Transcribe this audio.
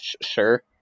Sure